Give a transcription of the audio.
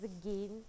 again